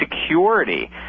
security